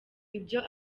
ibyo